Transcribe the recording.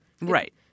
Right